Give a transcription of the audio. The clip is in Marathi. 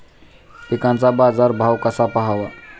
पिकांचा बाजार भाव कसा पहावा?